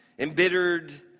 embittered